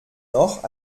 noch